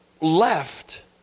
left